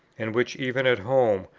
and which even at home,